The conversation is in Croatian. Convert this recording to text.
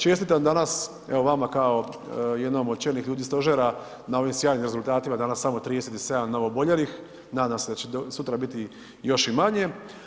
Čestitam danas evo vama kao jednom od čelnih ljudi stožera na ovim sjajnim rezultatima, danas samo 37 novooboljelih, nadam se da će sutra biti još i manje.